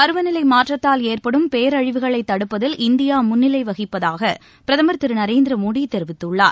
பருவநிலை மாற்றத்தால் ஏற்படும் பேரழிவுகளை தடுப்பதில் இந்தியா முன்னிலை வகிப்பதாக பிரதமர் திரு நரேந்திர மோடி தெரிவித்துள்ளார்